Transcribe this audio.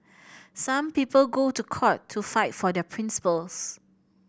some people go to court to fight for their principles